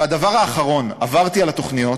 והדבר האחרון, עברתי על התוכניות.